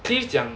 cliff 讲 cliff 讲